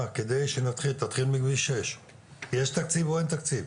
תתחיל מכביש 6. יש תקציב או אין תקציב?